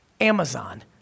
Amazon